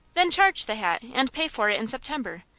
then charge the hat and pay for it in september.